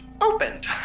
opened